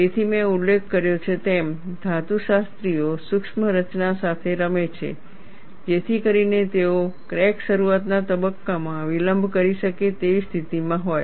તેથી મેં ઉલ્લેખ કર્યો છે તેમ ધાતુશાસ્ત્રીઓ સૂક્ષ્મ રચના સાથે રમે છે જેથી કરીને તેઓ ક્રેક શરૂઆતના તબક્કામાં વિલંબ કરી શકે તેવી સ્થિતિમાં હોય